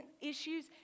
issues